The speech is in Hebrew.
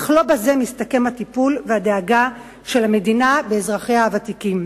אך לא בזה מסתכמים הטיפול והדאגה של מדינה באזרחיה הוותיקים.